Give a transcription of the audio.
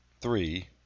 three